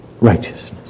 righteousness